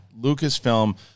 Lucasfilm –